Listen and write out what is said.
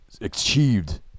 achieved